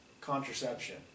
contraception